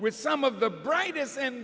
with some of the brightest and